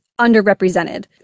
underrepresented